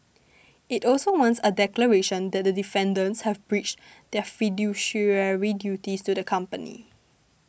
it also wants a declaration that the defendants have breached their fiduciary duties to the company